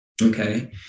okay